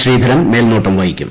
ശ്രീധരൻ മേൽനോട്ടം വഹിക്കും